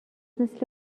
مثه